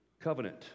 covenant